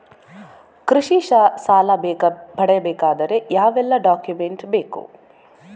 ಕೃಷಿ ಸಾಲ ಪಡೆಯಬೇಕಾದರೆ ಯಾವೆಲ್ಲ ಡಾಕ್ಯುಮೆಂಟ್ ಬೇಕು?